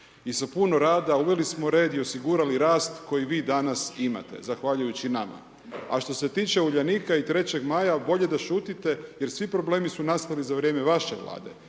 i sa puno rada uveli smo red i osigurali rast koji vi danas imate zahvaljujući nama. A što se tiče Uljanika i 3.Maja bolje da šutite jer svi problemi su nastali za vrijeme vaše vlade,